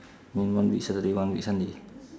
mean one week saturday one week sunday